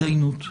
והתדיינות.